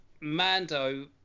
mando